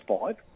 five